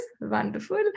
wonderful